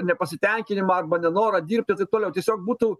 nepasitenkinimą arba nenorą dirbti taip toliau tiesiog būtų